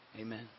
Amen